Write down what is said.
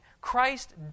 Christ